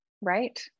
Right